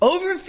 Over